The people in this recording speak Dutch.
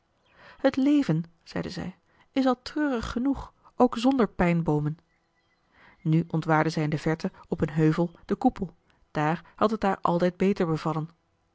het leven zeide zij is al treurig genoeg ook zonder pijnboomen nu ontwaarde zij in de verte op een heuvel den koepel daar had t haar altijd beter bevallen